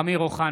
(קורא בשמות חברי הכנסת) אמיר אוחנה,